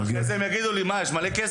חברי הכנסת יגידו לי אחרי זה: יש מלא כסף.